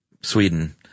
Sweden